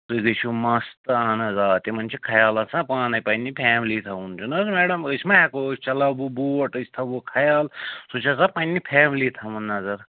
تُہۍ بیٚیہِ چھُو مَس ترٛاوان حظ آ تِمَن چھِ خیال آسان پانَے پنٛنہِ فیملی تھاوُن چھُنہٕ حظ میڈم أسۍ مَہ ہٮ۪کو أسۍ چلاووٕ بوٹ أسۍ تھاووٕ خیال سُہ چھِ آسان پنٛنہِ فیملی تھاوُن نظر